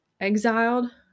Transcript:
exiled